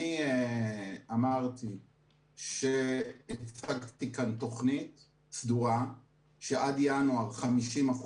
אני אמרתי שהצגתי כאן תוכנית סדורה שעד ינואר 50%,